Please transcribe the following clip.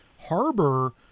Harbor